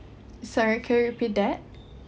sorry can you repeat that